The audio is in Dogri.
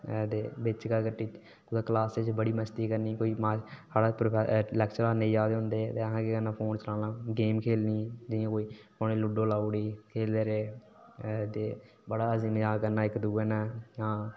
ते क्लास च बड़ी मस्ती करनी कोई लैक्चरर निं आए दे होन ते असें केह् करना फोन चलाना गेम खेढनी जि'यां कोई लूडो लाई ओड़ी खेढदे रेह् ते बड़ा इक मजाक करना इक दूऐ नै